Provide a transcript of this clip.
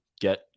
get